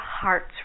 heart's